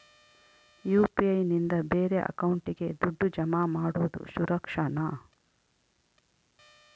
UPI ನಿಂದ ಬೇರೆ ಅಕೌಂಟಿಗೆ ದುಡ್ಡು ಜಮಾ ಮಾಡೋದು ಸುರಕ್ಷಾನಾ?